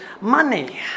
money